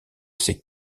ses